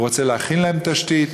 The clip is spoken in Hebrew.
הוא רוצה להכין להם תשתית,